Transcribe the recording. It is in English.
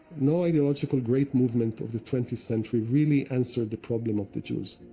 no ideological great movement of the twentieth century really answered the problem of the jews